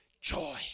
joy